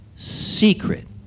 secret